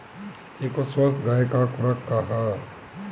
एगो स्वस्थ गाय क खुराक का ह?